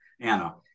Anna